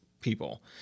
people